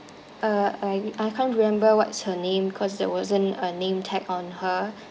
uh I I can't remember what's her name because there wasn't a name tag on her